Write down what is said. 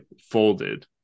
folded